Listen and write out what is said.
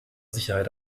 sicherheit